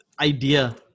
idea